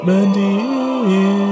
Mandy